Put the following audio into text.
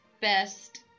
best